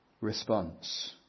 response